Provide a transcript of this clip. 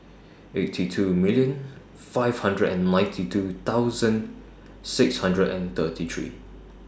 eighty two million five hundred and ninety two thousand six hundred and thirty three